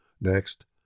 Next